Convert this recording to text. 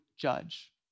judge